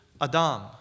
adam